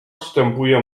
wstępuje